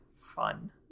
fun